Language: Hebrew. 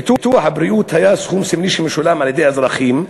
ביטוח הבריאות היה סכום סמלי שמשולם על-ידי אזרחים,